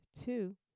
two